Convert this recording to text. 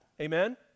Amen